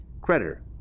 creditor